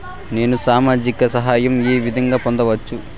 నేను సామాజిక సహాయం వే విధంగా పొందొచ్చు?